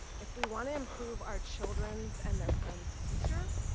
if we want to improve our children's and their friends' future,